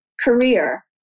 career